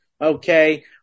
okay